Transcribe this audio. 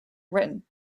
written